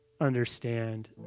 understand